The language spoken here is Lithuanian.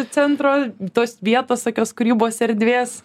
centro tos vietos tokios kūrybos erdvės